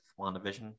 WandaVision